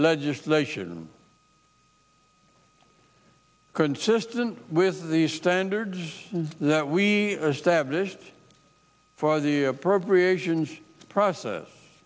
legislation consistent with the standards that we are stablished for the appropriations process